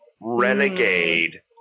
Renegade